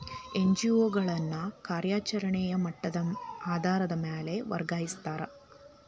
NGO ಗಳನ್ನ ಕಾರ್ಯಚರೆಣೆಯ ಮಟ್ಟದ ಆಧಾರಾದ್ ಮ್ಯಾಲೆ ವರ್ಗಿಕರಸ್ತಾರ